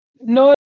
No